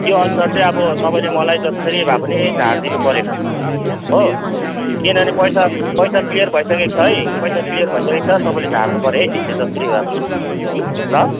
त्यो अनुसार चाहिँ अब तपाईँले मलाई जसरी भए पनि झारिदिनु पऱ्यो हो किनभने पैसा पैसा क्लियर भइसकेको छ है पैसा क्लियर भइसकेको छ तपाईँले झार्नुपऱ्यो है त्यो चाहिँ जसरी भए पनि ल